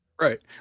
right